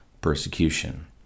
persecution